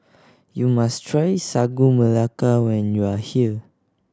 you must try Sagu Melaka when you are here